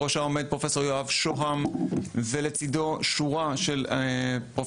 בראשה עומד פרופ' יואב שוהם ולצדו שורה של פרופסורים